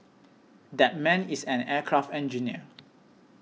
that man is an aircraft engineer